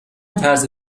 طرز